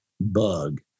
bug